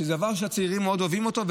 שזה דבר שהצעירים מאוד אוהבים אותו,